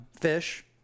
fish